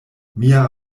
mia